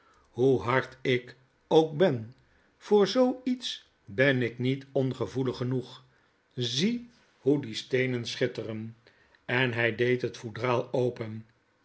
hoe hard ik ook ben voor zooiets ben ik niet ongevoelig genoeg zie hoe die steenen schitteren i en hij deed het foudraal open